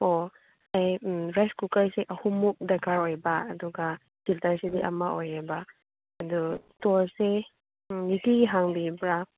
ꯑꯣ ꯑꯩ ꯔꯥꯏꯁ ꯀꯨꯀꯔꯁꯦ ꯑꯍꯨꯝꯃꯨꯛ ꯗꯔꯀꯥꯔ ꯑꯣꯏꯕ ꯑꯗꯨꯒ ꯐꯤꯜꯇꯦꯔꯁꯤꯗꯤ ꯑꯃ ꯑꯣꯏꯌꯦꯕ ꯑꯗꯨ ꯏꯁꯇꯣꯔꯁꯦ ꯅꯨꯡꯇꯤꯒꯤ ꯍꯥꯡꯕꯤꯕ꯭ꯔꯥ